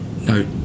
no